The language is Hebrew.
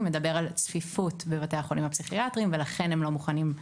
מדבר על צפיפות בבתי החולים הפסיכיאטריים ולכן הם לא מוכנים.